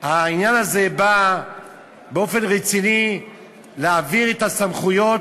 העניין הזה בא באופן רציני להעביר את הסמכויות,